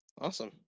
Awesome